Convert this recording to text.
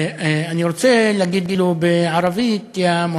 ואני רוצה להגיד לו בערבית: (אומר דברים בשפה הערבית,